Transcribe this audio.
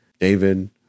David